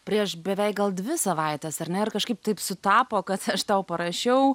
prieš beveik gal dvi savaites ar ne ir kažkaip taip sutapo kad aš tau parašiau